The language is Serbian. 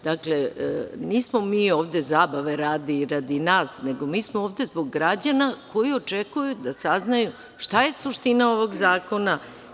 Dakle, nismo mi ovde zabave radi i radi nas, nego, mi smo ovde zbog građana koji očekuju da saznaju šta je suština ovog zakona.